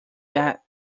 that